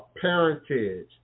parentage